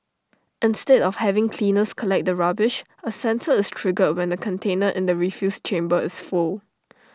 instead of having cleaners collect the rubbish A sensor is triggered when the container in the refuse chamber is full